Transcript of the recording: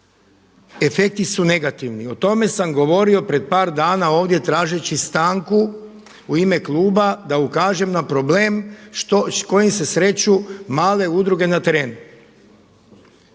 efekti su negativni. O tome sam govorio pred par dana ovdje tražeći stanku u ime kluba da ukažem na problem kojim se sreću male udruge na terenu.